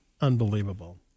Unbelievable